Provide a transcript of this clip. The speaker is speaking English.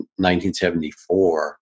1974